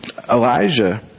Elijah